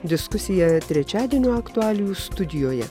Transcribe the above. diskusijoje trečiadienio aktualijų studijoje